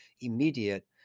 immediate